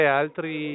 altri